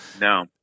No